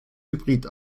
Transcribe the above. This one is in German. hybrid